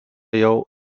jau